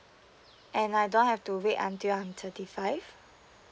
and I don't have to wait until I'm thirty five